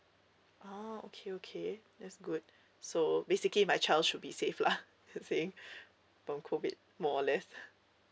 oh okay okay that's good so basically my child should be safe lah saying from COVID more or less